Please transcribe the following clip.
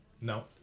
No